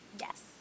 yes